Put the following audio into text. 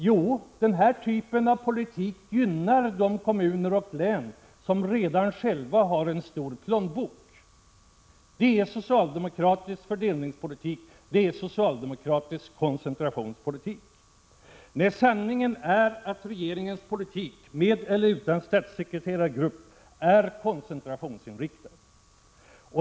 Jo, denna politik gynnar de kommuner och län som redan har en stor plånbok. Det är socialdemokratisk fördelningspolitik, det är socialdemokratisk koncentrationspolitik. Sanningen är att regeringens politik med eller utan statssekreterargrupp är koncentrationsinriktad.